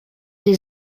die